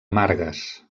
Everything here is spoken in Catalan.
margues